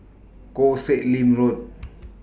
Koh Sek Lim Road